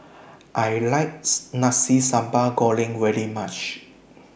I likes Nasi Sambal Goreng very much